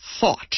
thought